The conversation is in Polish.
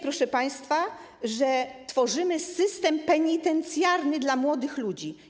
Proszę państwa, tworzymy system penitencjarny dla młodych ludzi.